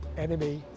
enemy.